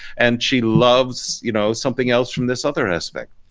and she loves you know something else from this other aspect.